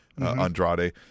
Andrade